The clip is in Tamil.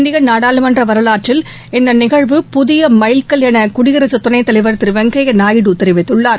இந்திய நாடாளுமன்ற வரவாற்றில் இந்த நிகழ்வு புதிய மைல் கல் என குடியரசு துணைத்தலைவர் திரு வெங்கய்ய நாயுடு தெரிவித்துள்ளார்